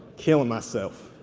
killing myself.